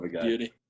beauty